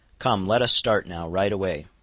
come, let us start now, right away.